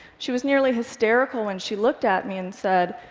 she was nearly hysterical when she looked at me and said,